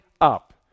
up